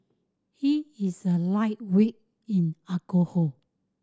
he is a lightweight in alcohol